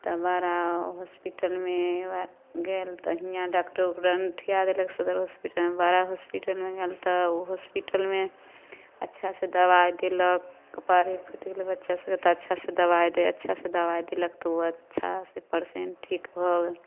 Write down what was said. तऽ बड़ा हॉस्पिटलमे गेल तऽ हिआँ डॉक्टर ओकरा अनठिआ देलक सदर हॉस्पिटलमे बड़ा हॉस्पिटलमे गेल तऽ ओ हॉस्पिटलमे अच्छासे दवाइ देलक कपारे फुटि गेल बच्चासभके तऽ अच्छासे दवाइ दे अच्छासे दवाइ देलक तऽ ओ अच्छासे पेशेन्ट ठीक भऽ गेल